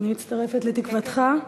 אני מצטרפת לתקוותך.